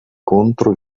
contro